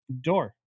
door